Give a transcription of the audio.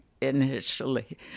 initially